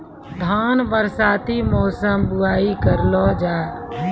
धान बरसाती मौसम बुवाई करलो जा?